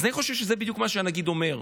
אז אני חושב שזה בדיוק מה שהנגיד אומר,